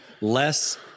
less